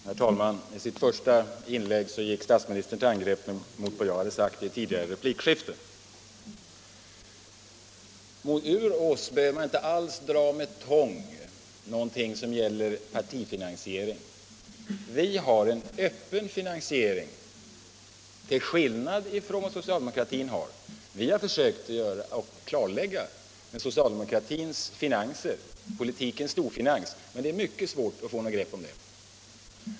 Herr talman! I sitt första inlägg gick statsministern till angrepp mot vad jag sade i ett tidigare replikskifte. Ur oss behöver man inte alls dra med tång sådana saker som gäller partifinansiering. Vi har en öppen finansiering till skillnad mot vad socialdemokratin har. Vi har försökt att klarlägga detta, och vi vet att det från socialdemokratin, politikens storfinans, är mycket svårt att få något grepp om det här.